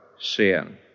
sin